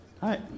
Hi